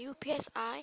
UPSI